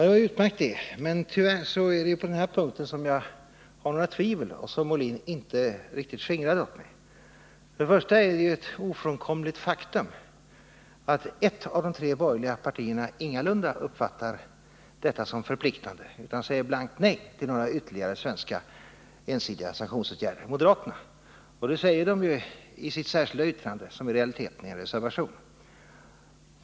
Det var utmärkt, men tyvärr är det på den punkten som jag har några tvivel, som Björn Molin inte riktigt skingrade åt mig. Till att börja med är det ett ofrånkomligt faktum att ett av de tre borgerliga partierna ingalunda uppfattar detta som förpliktande utan säger blankt nej till några ytterligare svenska ensidiga sanktionsåtgärder, nämligen moderaterna. Detta säger de i sitt särskilda yttrande, som i realiteten är en reservation.